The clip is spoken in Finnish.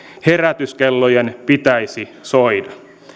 herätyskellojen pitäisi soida